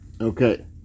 Okay